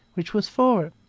which was for